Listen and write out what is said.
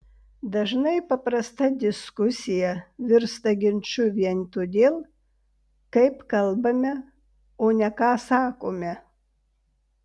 dažnai paprasta diskusija virsta ginču vien todėl kaip kalbame o ne ką sakome